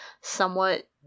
somewhat